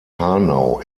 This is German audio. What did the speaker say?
hanau